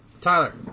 Tyler